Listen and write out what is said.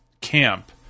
camp